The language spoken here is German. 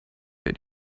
der